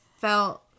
felt